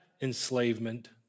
enslavement